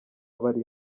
bari